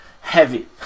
heavy